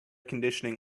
conditioning